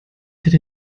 hätte